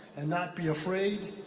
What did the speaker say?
and not be afraid.